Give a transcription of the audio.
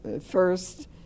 first